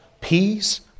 peace